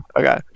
Okay